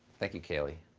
thank you, kaylie.